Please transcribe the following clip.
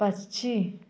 पक्षी